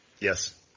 Yes